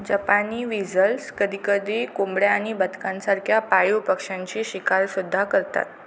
जपानी व्हिजल्स कधीकधी कोंबड्या आणि बदकांसारख्या पाळीव पक्ष्यांची शिकारसुद्धा करतात